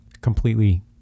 completely